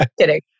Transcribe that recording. Kidding